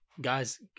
guys